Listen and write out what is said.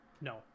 No